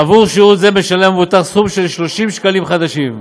עבור שירות זה משלם המבוטח סכום של כ-30 שקלים חדשים,